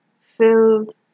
filled